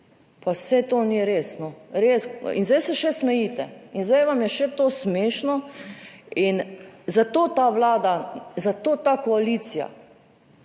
Pa saj to ni res. No, res. In zdaj se še smejite in zdaj vam je še to smešno in zato ta Vlada, zato ta koalicija